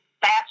fast